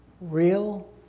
real